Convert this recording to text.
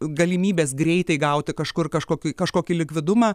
galimybės greitai gauti kažkur kažkokį kažkokį likvidumą